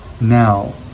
now